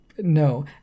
No